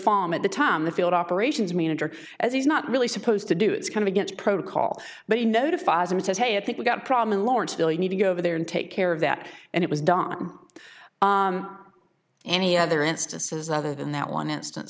farm at the time the field operations manager as he's not really supposed to do it's kind of against protocol but he notifies and says hey i think we've got a problem in lawrenceville you need to go over there and take care of that and it was dom any other instances other than that one instance